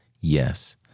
Yes